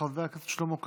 חבר הכנסת דודי אמסלם,